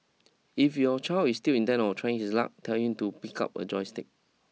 if your child is still intent on trying his luck tell him to pick up a joystick